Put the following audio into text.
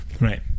Right